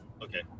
Okay